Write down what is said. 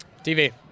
TV